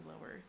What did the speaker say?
lower